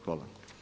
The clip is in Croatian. Hvala.